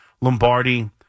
Lombardi